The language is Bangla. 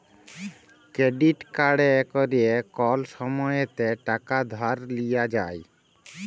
কেরডিট কাড়ে ক্যরে কল সময়তে টাকা ধার লিয়া যায়